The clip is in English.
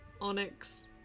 Onyx